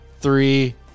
three